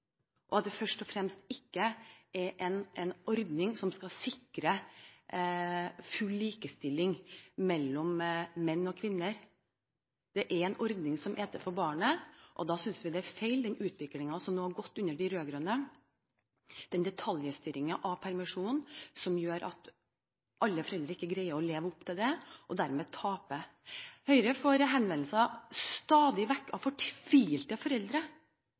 først og fremst en ordning som skal sikre full likestilling mellom menn og kvinner. Dette er en ordning som er til for barnet, og da synes vi den utviklingen, som nå har pågått under den rød-grønne regjeringen, er feil – den detaljstyringen av permisjonen som gjør at ikke alle foreldre greier å leve opp til dette og dermed taper. Høyre får henvendelser stadig vekk fra fortvilte foreldre